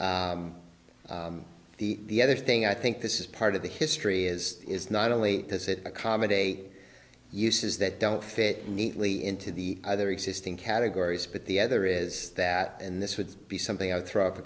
sparingly the other thing i think this is part of the history is is not only does it accommodate uses that don't fit neatly into the other existing categories but the other is that and this would be something i would throw